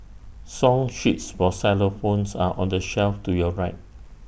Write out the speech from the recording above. song sheets for xylophones are on the shelf to your right